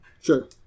Sure